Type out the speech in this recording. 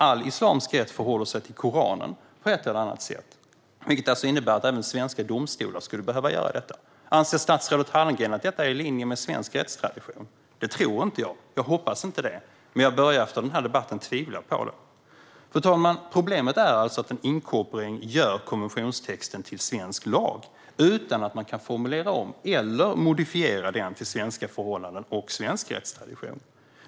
All islamisk rätt förhåller sig på ett eller annat sätt till Koranen, vilket innebär att även svenska domstolar skulle behöva göra det. Anser statsrådet Hallengren att detta är i linje med svensk rättstradition? Jag tror inte det. Jag hoppas inte det, men jag börjar efter den här debatten att tvivla på det. Fru talman! Problemet är alltså att en inkorporering gör konventionstexten till svensk lag utan att man kan formulera om eller modifiera den efter svenska förhållanden och svensk rättstradition.